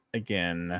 again